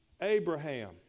Abraham